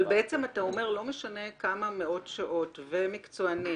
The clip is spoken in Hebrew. אתה בעצם אומר שלא משנה כמה שעות וכמה מקצוענים